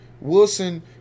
Wilson